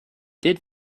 did